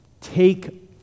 take